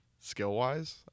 skill-wise